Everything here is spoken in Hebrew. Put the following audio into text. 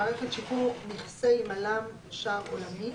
מערכת שחרור מכסי מל"מ שער עולמי,